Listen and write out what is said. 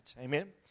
Amen